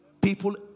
People